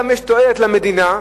יש גם תועלת למדינה,